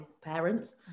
parents